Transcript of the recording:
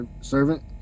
servant